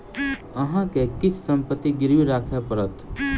अहाँ के किछ संपत्ति गिरवी राखय पड़त